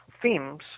themes